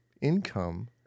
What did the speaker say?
income